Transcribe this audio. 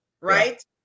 right